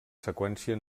seqüència